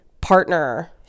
partner